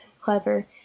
clever